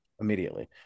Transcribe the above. immediately